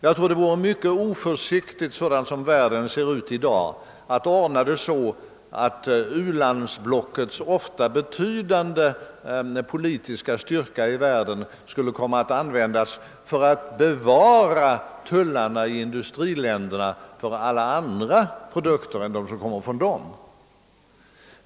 Jag tror det vore mycket oförsiktigt — sådan världen ser ut i dag — att ordna det så, att u-landsblockets ofta betydande politiska styrka i världen skulle komma att användas för att bevara tullarna i industriländerna för alla andra produkter än dem som kommer från u-länderna.